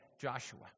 Joshua